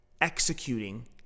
executing